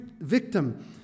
victim